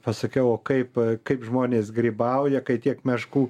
pasakiau o kaip kaip žmonės grybauja kai tiek meškų